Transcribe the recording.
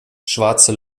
schwarze